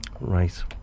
right